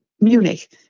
Munich